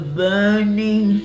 burning